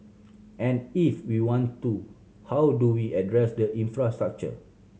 and if we want to how do we address the infrastructure